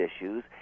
issues